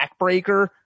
backbreaker